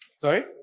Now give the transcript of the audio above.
Sorry